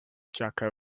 jaka